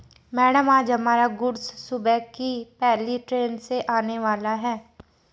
madam आज हमारा goods सुबह की पहली ट्रैन से आने वाला है